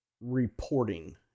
reporting